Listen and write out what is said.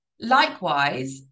Likewise